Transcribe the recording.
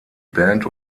band